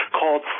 called